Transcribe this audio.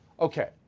Okay